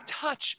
touch